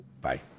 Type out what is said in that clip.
bye